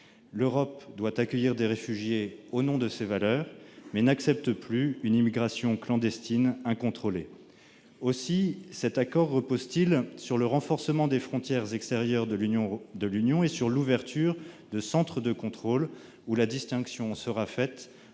l'Europe doit accueillir des réfugiés au nom de ses valeurs, mais elle n'accepte plus une immigration clandestine incontrôlée. Aussi l'accord que j'évoquais repose-t-il sur le renforcement des frontières extérieures de l'Union européenne et sur l'ouverture de centres de contrôle, où la distinction sera faite